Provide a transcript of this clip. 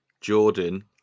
Jordan